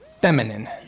feminine